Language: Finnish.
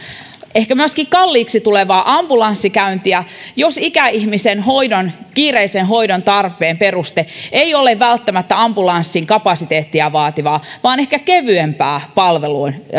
ehkä myöskin kalliiksi tulevaa ambulanssikäyntiä jos ikäihmisen kiireisen hoidon tarpeen peruste ei ole välttämättä ambulanssin kapasiteettia vaativaa vaan ehkä kevyempää